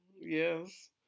Yes